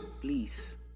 please